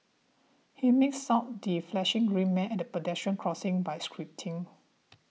he makes out the flashing green man at pedestrian crossings by squinting